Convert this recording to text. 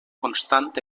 constant